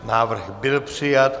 Návrh byl přijat.